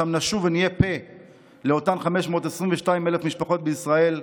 ששם נשוב ונהיה פה לאותן 522,000 משפחות בישראל.